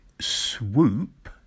Swoop